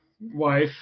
wife